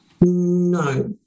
No